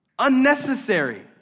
unnecessary